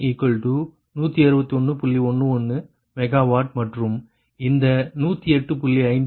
11 MW மற்றும் இந்த 108